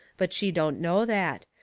but she don't know that,